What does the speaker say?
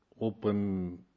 open